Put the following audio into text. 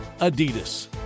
Adidas